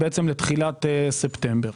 לתחילת ספטמבר.